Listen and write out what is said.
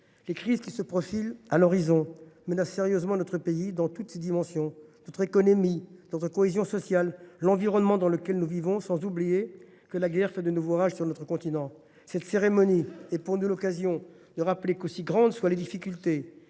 les crises qui se profilent à l’horizon menacent sérieusement notre pays dans toutes ses dimensions : notre économie, notre cohésion sociale, l’environnement dans lequel nous vivons. Et je n’oublie pas que la guerre fait de nouveau rage sur notre continent… Cette cérémonie est l’occasion de rappeler qu’aussi grandes soient les difficultés,